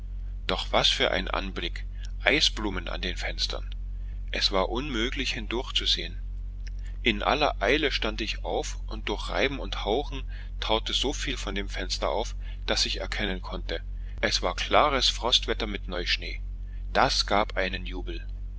doch was für ein anblick eisblumen an den fenstern es war unmöglich hindurchzusehen in aller eile stand ich auf und durch reiben und hauchen taute ich soviel von dem fenster auf daß ich erkennen konnte es war klares frostwetter mit neuschnee das gab einen jubel